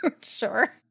Sure